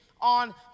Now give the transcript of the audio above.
on